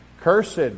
Cursed